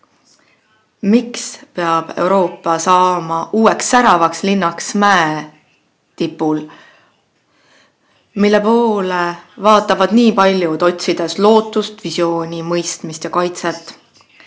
miks peab Euroopa saama uueks säravaks linnaks mäetipul, mille poole vaatavad nii paljud, otsides lootust, visiooni, mõistmist ja kaitset.